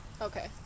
Okay